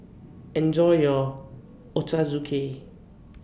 Enjoy your Ochazuke